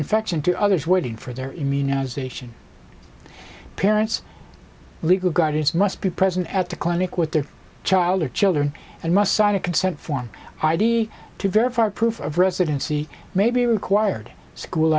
infection to others waiting for their immunization parents legal guardians must be present at the clinic with their child or children and must sign a consent form id to verify proof of residency may be required school